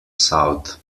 south